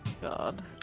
God